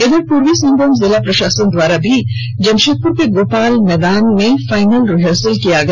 इधर पूर्वी सिंहभूम जिला प्रशासन द्वारा भी आज जमषेदपुर के गोपाल मैदान में फाइनल रिहर्सल किया गया